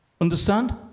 Understand